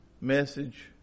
message